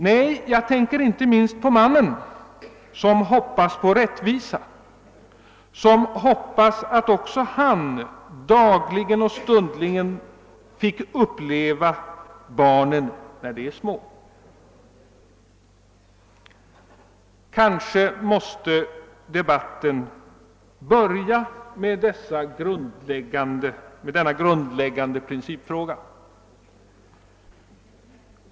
Nej, jag tänker inte minst på mannen som hoppas på rättvisa, som hoppas att också han dagligen och stundligen skall få uppleva barnen när de är små. Kanske måste debatten börja med denna grundläggande principfråga.